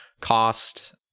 cost